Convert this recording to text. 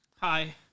Hi